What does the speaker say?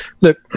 look